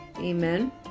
Amen